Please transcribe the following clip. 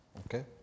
Okay